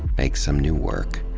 make some new work.